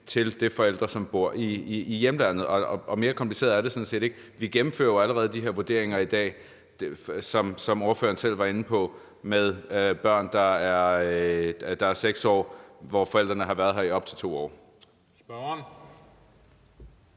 til den forælder, som bor i hjemlandet. Mere kompliceret er det sådan set ikke. Vi gennemfører jo allerede de her vurderinger i dag, som ordføreren selv var inde på, af børn, der er 6 år, og hvor forældrene har været her i op til 2 år. Kl.